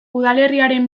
udalerriaren